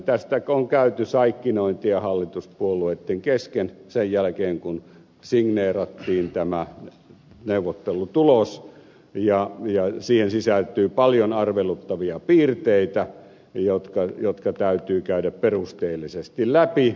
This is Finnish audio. tästä on käyty saikkinointia hallituspuolueitten kesken sen jälkeen kun signeerattiin tämä neuvottelutulos ja siihen sisältyy paljon arveluttavia piirteitä jotka täytyy käydä perusteellisesti läpi